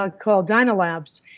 ah called dynalabs.